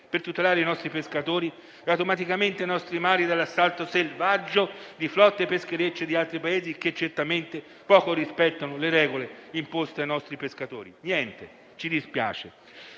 per tutelare i nostri pescatori e, automaticamente, i nostri mari dall'assalto selvaggio di flotte e pescherecci di altri Paesi che certamente poco rispettano le regole imposte ai nostri pescatori. Niente: ci dispiace